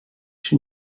się